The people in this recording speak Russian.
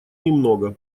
немного